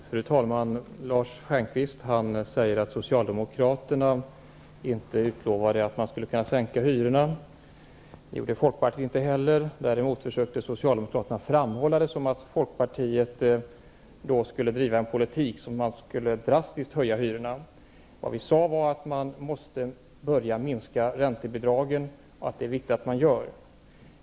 Fru talman! Lars Stjernkvist säger att Socialdemokraterna inte utlovade en sänkning av hyrorna. Det gjorde inte heller Folkpartiet, däremot försökte Socialdemokraterna att framhålla det som att Folkpartiet ville driva en politik som innebar en drastisk höjning av hyrorna. Vad vi sade var att man måste börja minska räntebidragen och att det är viktigt att man gör det.